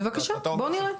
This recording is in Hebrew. בבקשה, בואו נראה.